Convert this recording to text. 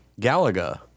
Galaga